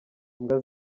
imbwa